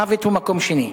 מוות הוא מקום שני.